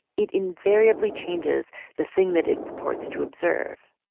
it invariably changes the thing that it purports to observe.